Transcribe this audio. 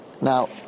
Now